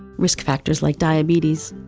risk factors like diabetes,